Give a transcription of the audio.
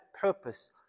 purpose